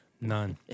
None